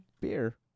beer